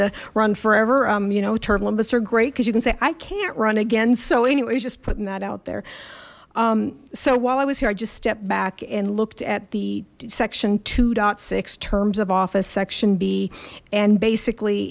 to run forever you know turtle limits are great because you can say i can't run again so anyways just putting that out there so while i was here i just stepped back and looked at the section two point six terms of office section b and basically